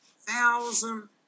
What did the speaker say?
thousand